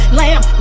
lamb